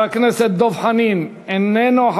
חבר הכנסת דב חנין, איננו.